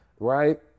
right